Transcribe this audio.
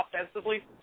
offensively